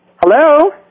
Hello